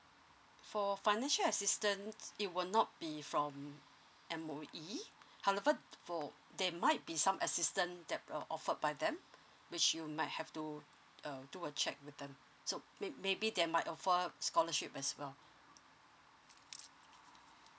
for financial assistance it will not be from M_O_E however for there might be some assistance that uh offered by them which you might have to uh do a check with them so may maybe they might offer scholarship as well